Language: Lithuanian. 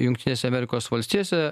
jungtinėse amerikos valstijose